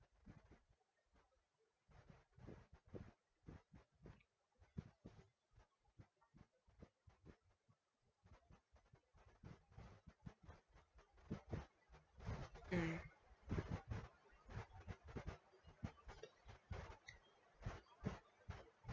mm